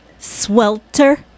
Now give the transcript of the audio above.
Swelter